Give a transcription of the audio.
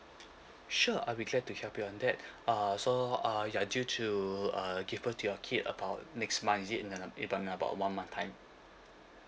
sure I'll be glad to help you on that uh so uh you are due to uh give birth to your kid about next month is it in uh april in about a one month time